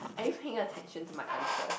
are you paying attention to my answers